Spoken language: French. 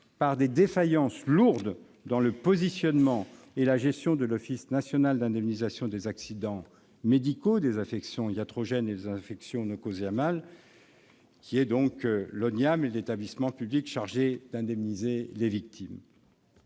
par des défaillances lourdes dans le positionnement et la gestion de l'Office national d'indemnisation des accidents médicaux, des affections iatrogènes et des infections nosocomiales, l'ONIAM, établissement public chargé d'indemniser les victimes.